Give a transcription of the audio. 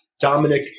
Dominic